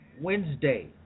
Wednesday